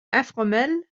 informel